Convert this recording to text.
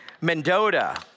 Mendota